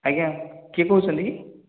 ଆଜ୍ଞା କିଏ କହୁଛନ୍ତି କି